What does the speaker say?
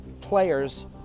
players